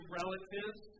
relatives